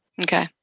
Okay